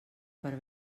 per